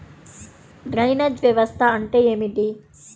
Drainage వ్యవస్థ అంటే ఏమిటి?